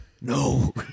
No